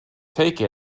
take